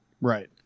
right